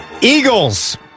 Eagles